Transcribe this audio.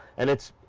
and it's,